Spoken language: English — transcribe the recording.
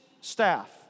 staff